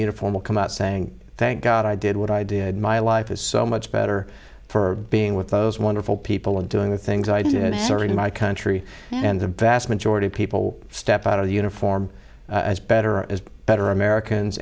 uniform or come out saying thank god i did what i did my life is so much better for being with those wonderful people and doing the things i do and serving my country and the vast majority of people step out of the uniform as better as better americans